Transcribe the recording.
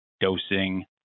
dosing